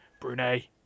Brunei